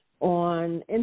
On